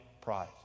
pride